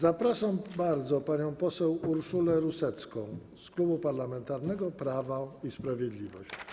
Zapraszam panią poseł Urszulę Rusecką z Klubu Parlamentarnego Prawo i Sprawiedliwość.